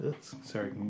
Sorry